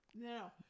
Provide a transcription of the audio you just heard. No